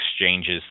exchanges